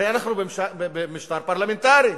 הרי אנחנו משטר פרלמנטרי.